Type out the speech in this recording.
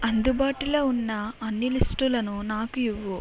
అందుబాటులో ఉన్న అన్ని లిస్టులను నాకు ఇవ్వు